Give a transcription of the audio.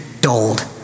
dulled